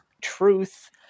truth